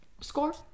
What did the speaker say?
Score